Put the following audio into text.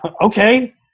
okay